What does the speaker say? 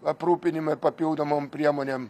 aprūpinimui papildomom priemonėm